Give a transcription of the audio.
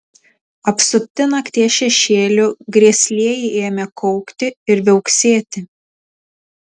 apsupti nakties šešėlių grėslieji ėmė kaukti ir viauksėti